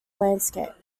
landscape